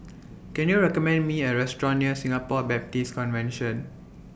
Can YOU recommend Me A Restaurant near Singapore Baptist Convention